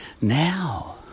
now